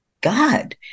God